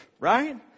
right